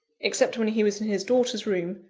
except when he was in his daughter's room,